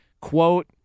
Quote